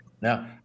Now